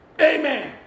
Amen